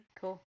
Cool